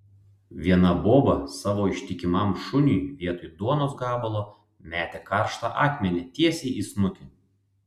viena boba savo ištikimam šuniui vietoj duonos gabalo metė karštą akmenį tiesiai į snukį